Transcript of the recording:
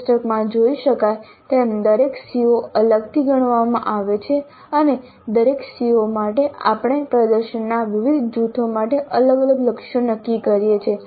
કોષ્ટકમાં જોઈ શકાય તેમ દરેક CO અલગથી ગણવામાં આવે છે અને દરેક CO માટે આપણે પ્રદર્શનના વિવિધ જૂથો માટે અલગ અલગ લક્ષ્યો નક્કી કરીએ છીએ